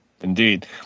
indeed